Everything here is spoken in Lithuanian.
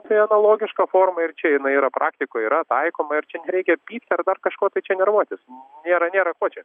apie analogišką formą ir čia jinai yra praktikoje yra taikoma ir čia nereikia pykti ar dar kažko tai čia nervuotis nėra nėra ko čia